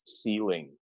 ceiling